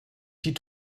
die